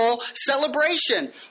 celebration